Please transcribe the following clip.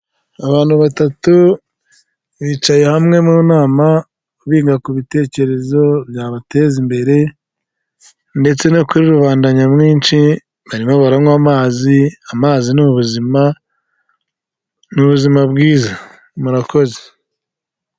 Abantu batatu bicaye hamwe mu nama biga ku bitekerezo byabateza imbere ndetse no kuri rubanda nyamwinshi barimo baranywa amazi ,amazi ni ubuzima bwiza murakoze.